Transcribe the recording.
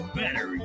better